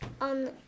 on